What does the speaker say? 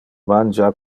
mangia